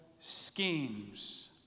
schemes